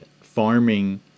farming